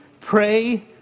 pray